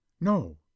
no